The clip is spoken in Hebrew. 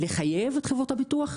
לחייב את חברות הביטוח?